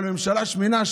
אבל ממשלה שמנה,